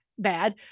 Bad